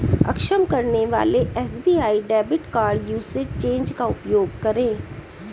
अक्षम करने वाले SBI debit card usage change का उपयोग करें